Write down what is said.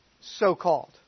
so-called